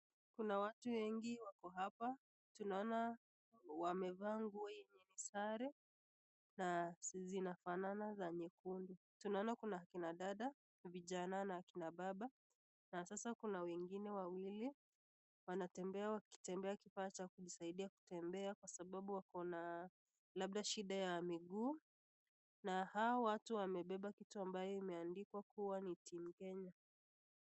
Kuna watu wengi wako hapa. Tunaona wamevaa nguo yenye ni sare na zinafanana za nyekundu. Tunaona kuna kina dada na vijana na akina baba na sasa kuna wengine wawili wanatembea wakitembea kifaa cha kusaidia kutembea kwa sababu wakona labda shida ya miguu na hao watu wamebeba kitu ambayo imeandikwa kuwa ni team Kenya.